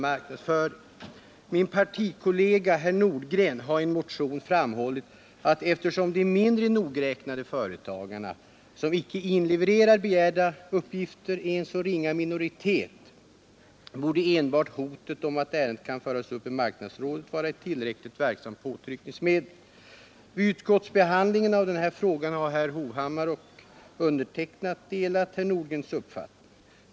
Min partikollega herr Nordgren har i en motion framhållit, att eftersom de mindre nogräknade företagare som icke inlevererar begärda uppgifter är i en så ringa minoritet borde enbart hotet om att ärendet kan föras upp i marknadsrådet vara ett tillräckligt verksamt påtryckningsmedel. Vid utskottsbehandlingen av denna fråga har herr Hovhammar och jag delat denna herr Nordgrens uppfattning.